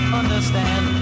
understand